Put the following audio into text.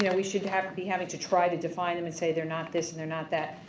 yeah we should have be happy to try to define them and say they're not this and they're not that.